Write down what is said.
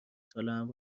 سالهام